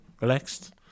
relaxed